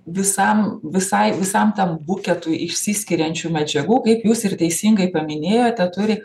visam visai visam tam buketui išsiskiriančių medžiagų kaip jūs ir teisingai paminėjote turi